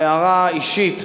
הערה אישית: